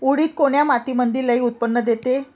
उडीद कोन्या मातीमंदी लई उत्पन्न देते?